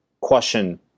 question